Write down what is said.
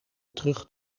terug